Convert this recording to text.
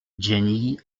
jenny